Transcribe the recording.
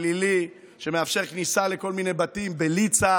הפלילי שמאפשר כניסה לכל מיני בתים בלי צו